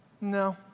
No